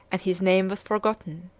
and his name was forgotten.